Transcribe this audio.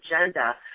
agenda